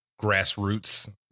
grassroots